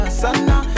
sana